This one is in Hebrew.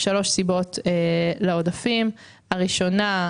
שלוש סיבות לעודפים: הראשונה,